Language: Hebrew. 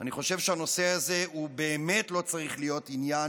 אני חושב שהנושא הזה באמת לא צריך להיות עניין